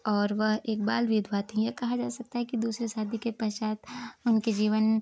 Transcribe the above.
और वह एक बाल विधवा थीं या कहा जा सकता है कि दूसरे शादी के पश्चात उनके जीवन